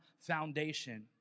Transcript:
foundation